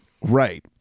Right